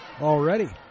already